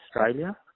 Australia